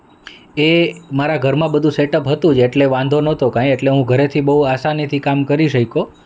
એ મારા ઘરમાં બધું સેટઅપ હતું જ એટલે વાંધો નહોતો કાંઈ એટલે હું ઘરેથી બહુ આસાનીથી કામ કરી શક્યો